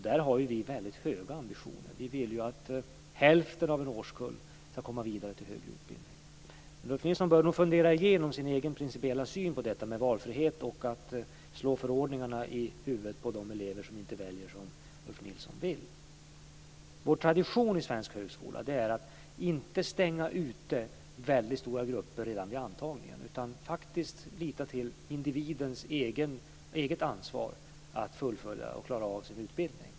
Där har vi väldigt höga ambitioner. Vi vill ju att hälften av en årskull ska komma vidare till högre utbildning. Ulf Nilsson bör nog fundera igenom sin egen principiella syn på detta med valfrihet och att slå förordningarna i huvudet på de elever som inte väljer som Ulf Nilsson vill. Vår tradition i svensk högskola är att inte stänga ute väldigt stora grupper redan vid antagningen utan faktiskt lita till individens eget ansvar för att fullfölja och klara sin utbildning.